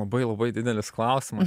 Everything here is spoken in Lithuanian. labai labai didelis klausimas